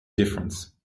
difference